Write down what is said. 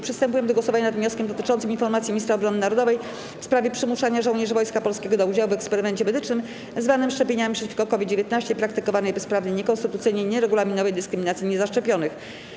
Przystępujemy do głosowania nad wnioskiem dotyczącym informacji Ministra Obrony Narodowej w sprawie przymuszania żołnierzy Wojska Polskiego do udziału w eksperymencie medycznym zwanym szczepieniami przeciwko COVID-19 i praktykowanej bezprawnej, niekonstytucyjnej, nieregulaminowej dyskryminacji niezaszczepionych.